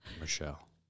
Michelle